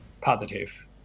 positive